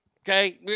Okay